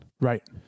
Right